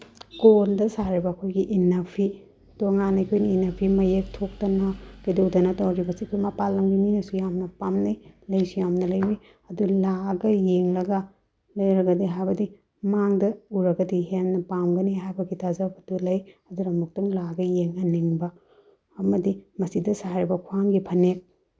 ꯀꯣꯜꯗ ꯁꯥꯔꯤꯕ ꯑꯩꯈꯣꯏꯒꯤ ꯏꯟꯅꯐꯤ ꯇꯣꯉꯥꯟꯅ ꯑꯩꯈꯣꯏꯅ ꯏꯟꯅꯐꯤ ꯃꯌꯦꯛ ꯊꯣꯛꯇꯅ ꯀꯩꯗꯧꯗꯅ ꯇꯧꯔꯤꯕꯁꯤꯒꯤ ꯃꯄꯥꯜ ꯂꯝꯒꯤ ꯃꯤꯅꯁꯨ ꯌꯥꯝꯅ ꯄꯥꯝꯅꯩ ꯂꯩꯁꯨ ꯌꯥꯝꯅ ꯂꯩꯕꯤ ꯑꯗꯨ ꯂꯥꯛꯂꯒ ꯌꯦꯡꯂꯒ ꯂꯩꯔꯒꯗꯤ ꯍꯥꯏꯕꯗꯤ ꯃꯥꯡꯗ ꯎꯔꯒꯗꯤ ꯍꯦꯟꯅ ꯄꯥꯝꯒꯅꯤ ꯍꯥꯏꯕꯒꯤ ꯊꯥꯖꯕꯗꯨ ꯂꯩ ꯑꯗꯨꯅ ꯑꯃꯨꯛꯇꯪ ꯂꯥꯛꯑꯒ ꯌꯦꯡꯍꯟꯅꯤꯡꯕ ꯑꯃꯗꯤ ꯃꯁꯤꯗ ꯁꯥꯔꯤꯕ ꯈ꯭ꯋꯥꯡꯒꯤ ꯐꯅꯦꯛ